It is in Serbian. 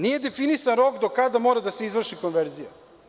Nije definisan rok do kada mora da se izvrši konverzija.